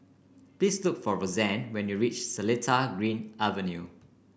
please look for Roseann when you reach Seletar Green Avenue